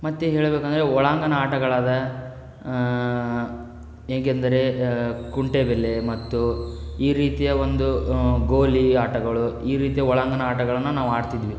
ಮತ್ತು ಹೇಳಬೇಕೆಂದ್ರೆ ಒಳಾಂಗಣ ಆಟಗಳಾದ ಏಕೆಂದರೆ ಕುಂಟೆ ಬಿಲ್ಲೆ ಮತ್ತು ಈ ರೀತಿಯ ಒಂದು ಗೋಲಿ ಆಟಗಳು ಈ ರೀತಿಯ ಒಳಾಂಗಣ ಆಟಗಳನ್ನು ನಾವು ಆಡ್ತಿದ್ವಿ